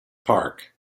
park